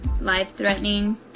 life-threatening